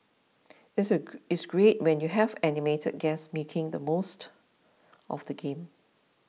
it's a it's great when you have animated guests making the most of the game